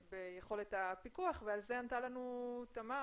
ביכולת הפיקוח ועל זה ענתה לנו תמר